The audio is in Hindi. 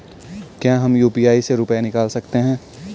क्या हम यू.पी.आई से रुपये निकाल सकते हैं?